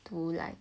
to like